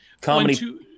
Comedy